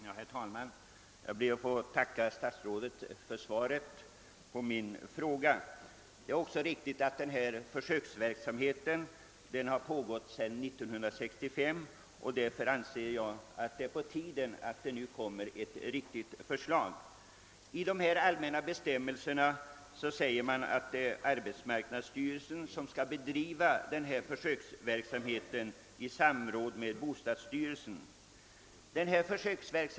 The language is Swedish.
Herr talman! Jag ber att få tacka herr statsrådet för svaret på min fråga. Det är riktigt att denna försöksverksamhet har pågått sedan 1965. Därför anser jag att det är på tiden att ett förslag nu framlägges. I de allmänna bestämmelserna säger man att det är arbetsmarknadsstyrelsen som skall bedriva försöksverksamheten i samråd med bostadsstyrelsen.